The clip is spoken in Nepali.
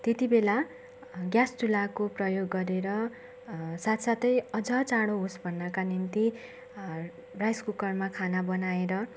त्यत्ति बेला ग्यास चुल्हाको प्रयोग गरेर साथसाथै अलिक चाँडो होस् भन्नाका निम्ति राइस कुकरमा खाना बनाएर